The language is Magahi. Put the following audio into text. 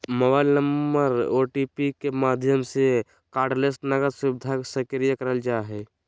मोबाइल नम्बर ओ.टी.पी के माध्यम से कार्डलेस नकद सुविधा सक्रिय करल जा हय